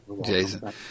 Jason